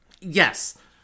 Yes